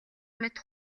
мэт